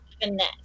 finesse